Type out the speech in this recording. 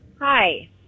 Hi